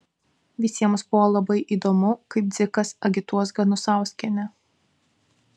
visiems buvo labai įdomu kaip dzikas agituos ganusauskienę